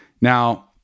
Now